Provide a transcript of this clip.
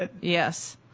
Yes